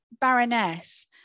Baroness